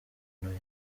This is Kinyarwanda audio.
ingabo